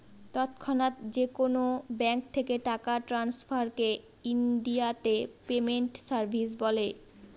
তৎক্ষণাৎ যেকোনো ব্যাঙ্ক থেকে টাকা ট্রান্সফারকে ইনডিয়াতে পেমেন্ট সার্ভিস বলে